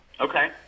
Okay